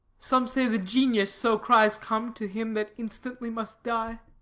some say the genius so cries come to him that instantly must die.